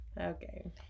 Okay